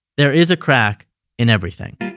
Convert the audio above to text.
there is a crack in everything.